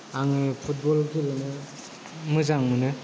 आङो फुटबल गेलेनो मोजां मोनो